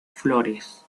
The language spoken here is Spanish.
flores